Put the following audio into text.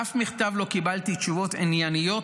באף מכתב לא קיבלתי תשובות ענייניות,